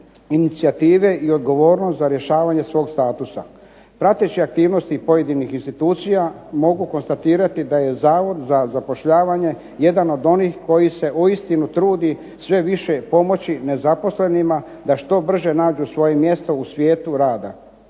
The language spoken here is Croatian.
inicijative i odgovornost za rješavanje svog statusa. Prateći aktivnosti i pojedinih institucija mogu konstatirati da je Zavod za zapošljavanje jedan od onih koji se uistinu trudi sve više pomoći nezaposlenima da što brže nađu svoje mjesto u svijetu rada.